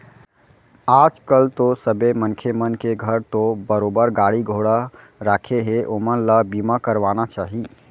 आज कल तो सबे मनखे मन के घर तो बरोबर गाड़ी घोड़ा राखें हें ओमन ल बीमा करवाना चाही